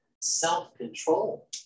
self-control